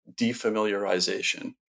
defamiliarization